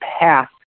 path